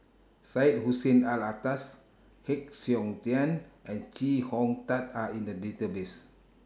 Syed Hussein Alatas Heng Siok Tian and Chee Hong Tat Are in The Database